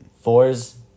Fours